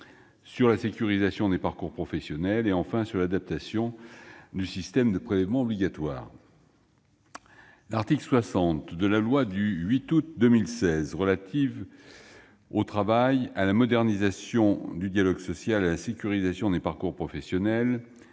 sur la sécurisation des parcours professionnels et, enfin, sur l'adaptation du système de prélèvements obligatoires. L'article 60 de la loi du 8 août 2016 relative au travail, à la modernisation du dialogue social et à la sécurisation des parcours professionnels,